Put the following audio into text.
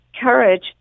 courage